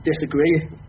disagree